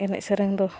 ᱮᱱᱮᱡ ᱥᱮᱨᱮᱧ ᱫᱚ